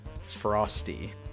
Frosty